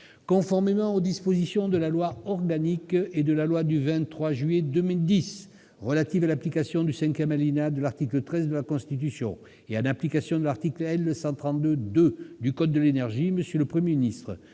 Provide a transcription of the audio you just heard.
Conformément aux dispositions de la loi organique n° 2010-837 et de la loi n° 2010-838 du 23 juillet 2010 relatives à l'application du cinquième alinéa de l'article 13 de la Constitution et en application de l'article L. 132-2 du code de l'énergie, M. le Premier ministre,